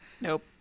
Nope